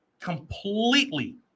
Completely